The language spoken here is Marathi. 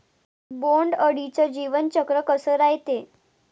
बोंड अळीचं जीवनचक्र कस रायते?